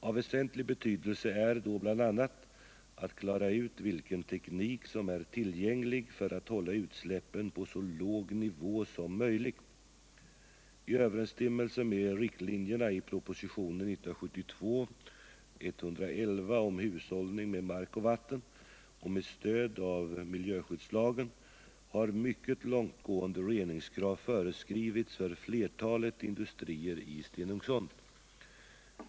Av väsentlig betydelse är då bl.a. att klara ut vilken teknik som är tillgänglig för att hålla utsläppen på så låg nivå som möjligt. I överensstämmelse med riktlinjerna i propositionen 1972:111 om hushållning med mark och vatten och med stöd av miljöskyddslagen har mycket långtgående reningskrav föreskrivits för flertalet industrier i Stenungsund.